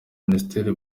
minisiteri